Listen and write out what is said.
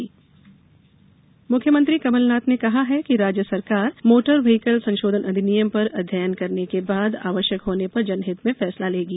vehicle act मुख्यमंत्री कमलनाथ ने कहा है कि राज्य सरकार मोटर व्हीकल संशोधन अधिनियम पर अध्ययन करने के बाद आवश्यक होने पर जनहित में फैसला लेगी